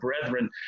brethren